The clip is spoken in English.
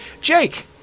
Jake